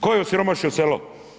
Ko je osiromašio selo?